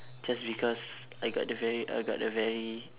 just because I got the very I got a very